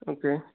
okay